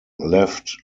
left